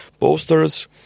posters